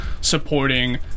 supporting